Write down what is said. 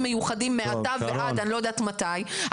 מיוחדים מעתה ועד אני לא יודעת עד מתי,